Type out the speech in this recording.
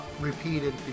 repeated